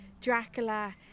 Dracula